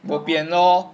bo bian lor